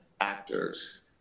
actors